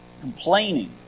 Complaining